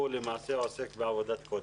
הוא למעשה עוסק בעבודת קודש.